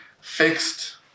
fixed